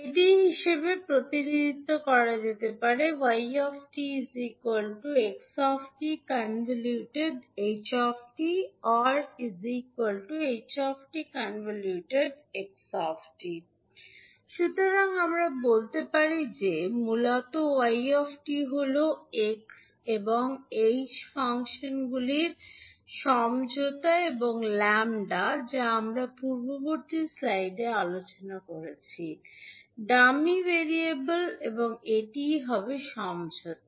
এটি হিসাবে প্রতিনিধিত্ব করা যেতে পারে সুতরাং আমরা বলতে পারি যে মূলত 𝑦 𝑡 হল এক্স এবং এইচ ফাংশনগুলির সমঝোতা এবং ল্যাম্বডা যা আমরা পূর্ববর্তী স্লাইডে আলোচনা করেছি ডামি ভেরিয়েবল এবং এটিই হবে সমঝোতা